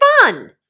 fun